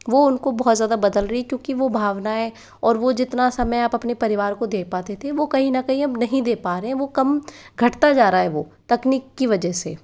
वो उनको बहुत ज़्यादा बदल रही क्योंकि वो भावनाएँ और वो जितना समय आप अपने परिवार को दे पाते थे वो कहीं ना कहीं अब नहीं दे पा रहे हैं वो कम घटता जा रहा है वो तकनीक की वजह से